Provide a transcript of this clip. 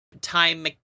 time